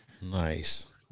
Nice